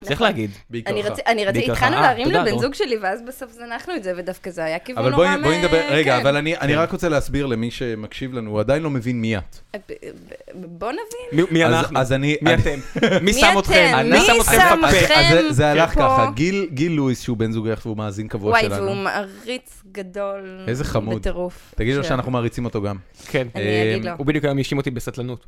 צריך להגיד, בעיקר לך. אני רציתי, התחלנו להרים לבן זוג שלי, ואז בסוף זנחנו את זה, ודווקא זה היה כיוון נורא מ... רגע, אבל אני רק רוצה להסביר למי שמקשיב לנו, הוא עדיין לא מבין מי את. בוא נבין. מי אנחנו? מי אתם? מי שם אתכם? מי שם אתכם פה? גיל לואיס, שהוא בן זוגך, הוא מאזין קבוע שלנו. ווואי, זה הוא מעריץ גדול. איזה חמוד. תגיד לו שאנחנו מעריצים אותו גם. כן, אני אגיד לו. והוא בדיוק היום האשים אותי בסטלנות.